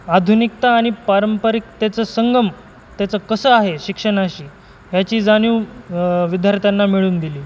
आधुनिकता आणि पारंपरिक त्याचं संगम त्याचं कसं आहे शिक्षणाशी ह्याची जाणीव विद्यार्थ्यांना मिळून दिली